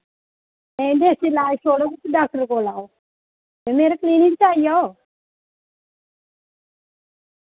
देसी लाज छोड़ो ते डाक्टर कोल आओ मेरे क्लीनिक च आई जाओ